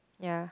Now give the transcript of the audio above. ya